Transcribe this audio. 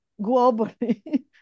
globally